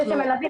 אלה שמלווים?